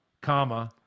comma